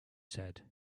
said